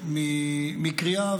מקריאה,